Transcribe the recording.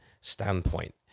standpoint